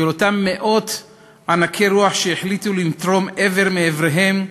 של אותם מאות ענקי רוח שהחליטו לתרום איבר מאיבריהם,